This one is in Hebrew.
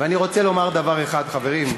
ואני רוצה לומר דבר אחד, חברים.